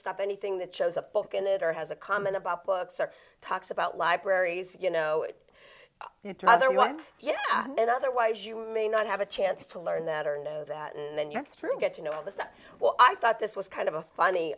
stuff anything that shows a book in it or has a comment about books or talks about libraries you know it either one yeah it otherwise you may not have a chance to learn that or know that and then your true get you know all this that well i thought this was kind of a funny